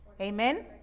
Amen